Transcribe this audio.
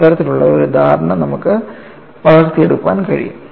അത്തരത്തിലുള്ള ഒരു ധാരണ നമുക്ക് വളർത്തിയെടുക്കാൻ കഴിയും